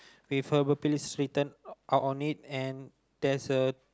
preferably sweeten out on it and there's a